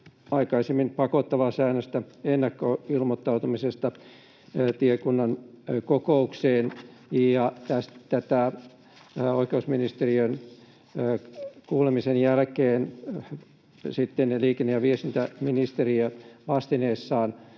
ehdotettiin pakottavaa säännöstä ennakkoilmoittautumisesta tiekunnan kokoukseen. Tätä muutosesitystä oikeusministeriön kuulemisen jälkeen liikenne- ja viestintäministeriö vastineessaan